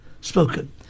spoken